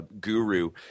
guru